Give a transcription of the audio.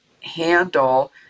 handle